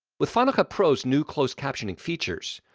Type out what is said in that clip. with final cut pro's new closed captioning features,